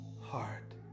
heart